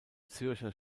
zürcher